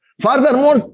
Furthermore